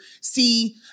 see